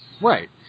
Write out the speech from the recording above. Right